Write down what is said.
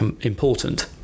important